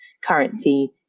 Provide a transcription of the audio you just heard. currency